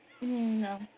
No